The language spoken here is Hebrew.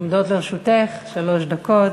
עומדות לרשותך שלוש דקות.